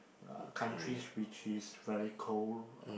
countries which is very cold uh